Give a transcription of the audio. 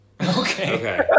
okay